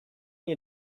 you